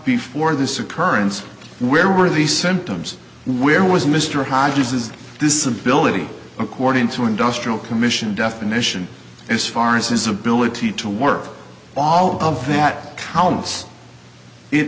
before this occurrence where were these symptoms where was mr hodges is this ability according to industrial commission definition as far as his ability to work all of that counts it